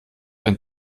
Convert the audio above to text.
ein